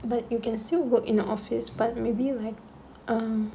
but you can still work in the office but maybe like um